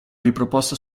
riproposta